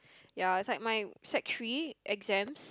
ya is like my sec-three exams